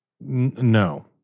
No